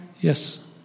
yes